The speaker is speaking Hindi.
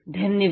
धन्यवाद